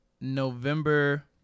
November